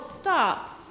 stops